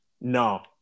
no